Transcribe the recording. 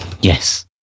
yes